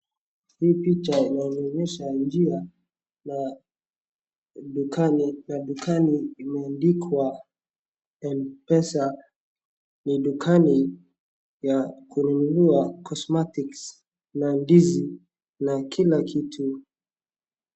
Hii picha inanionyesha njia la dukani na dukani imendikwa Mpesa. Ni dukani ya kununua cosmetics na ndizi na kila kitu.